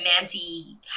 nancy